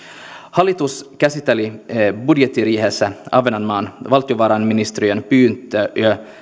hallitus käsitteli budjettiriihessä ahvenanmaan valtiovarainministeriön pyyntöä